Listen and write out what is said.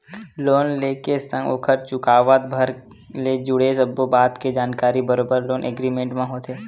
loan ले के संग ओखर चुकावत भर ले जुड़े सब्बो बात के जानकारी बरोबर लोन एग्रीमेंट म होथे